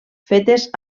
fetes